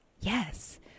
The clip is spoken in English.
yes